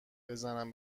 بزنم